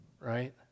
Right